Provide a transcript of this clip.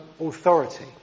authority